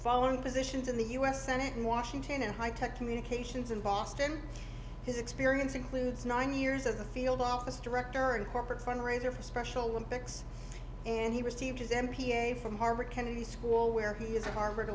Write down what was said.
following positions in the u s senate in washington and high tech communications in boston his experience includes nine years as a field office director and corporate fundraiser for special olympics and he received his m p a from harvard kennedy school where he is a harvard